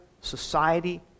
society